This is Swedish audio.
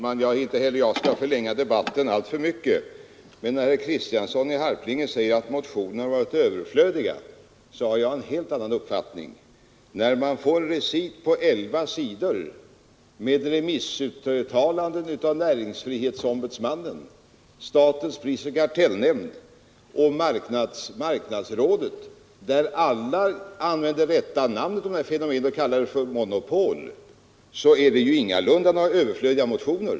Herr talman! Inte heller jag skall förlänga debatten alltför mycket. Men då herr Kristiansson i Harplinge förklarar att motionerna varit överflödiga måste jag säga att jag har en helt annan uppfattning. När man får recit på elva sidor med remissuttalanden av näringsfrihetsombudsmannen, statens prisoch kartellnämnd och marknadsrådet, där alla använder det rätta namnet på detta fenomen och kallar det monopol, så visar det att motionerna ingalunda är överflödiga.